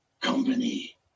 company